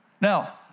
Now